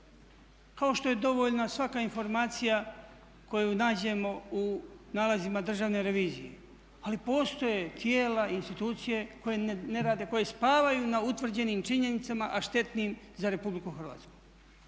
kao što je dovoljna svaka informacija koju nađemo u nalazima Državne revizije. Ali postoje tijela i institucije koje ne rade, koje spavaju na utvrđenim činjenicama, a štetnim za Republiku Hrvatsku.